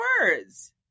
words